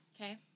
Okay